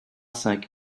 cinq